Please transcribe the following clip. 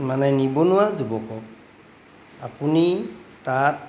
মানে নিবনুৱা যুৱকক আপুনি তাত